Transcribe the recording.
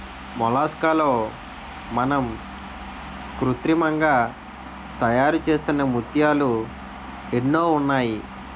మొలస్కాల్లో మనం కృత్రిమంగా తయారుచేస్తున్న ముత్యాలు ఎన్నో ఉన్నాయి